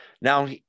Now